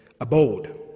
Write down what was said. abode